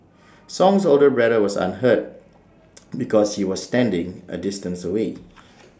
song's older brother was unhurt because he was standing A distance away